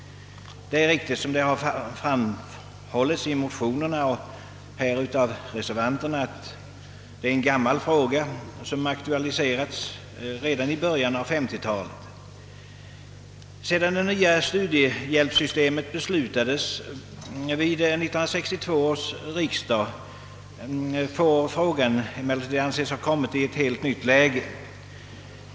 Det är, såsom har framhållits i motionerna och här av reservanterna, riktigt att det är en gammal fråga som aktualiserades redan i början av 1950-talet. Sedan det nya studiehjälpssystemet beslutades vid 1962 års riksdag får frågan emellertid anses ha kommit i ett helt nytt läge.